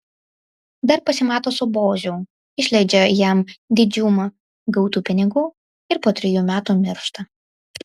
dar pasimato su boziu išleidžia jam didžiumą gautų pinigų ir po trejų metų miršta